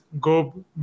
go